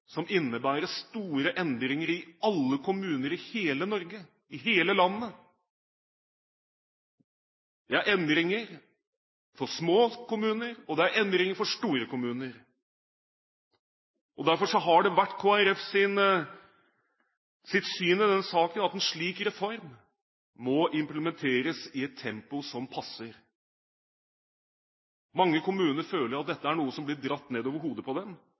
som innebærer store endringer i alle kommuner i hele Norge – i hele landet. Det er endringer for små kommuner, og det er endringer for store kommuner. Derfor har det vært Kristelig Folkepartis syn i denne saken at en slik reform må implementeres i et tempo som passer. Mange kommuner føler at dette er noe som blir dratt nedover hodet på